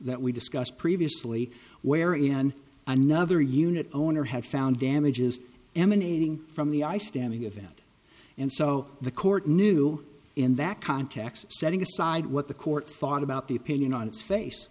that we discussed previously where in another unit owner had found damages emanating from the i standing event and so the court knew in that context setting aside what the court thought about the opinion on its face